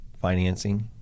financing